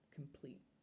complete